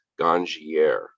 gangier